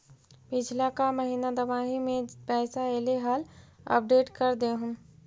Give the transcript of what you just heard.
पिछला का महिना दमाहि में पैसा ऐले हाल अपडेट कर देहुन?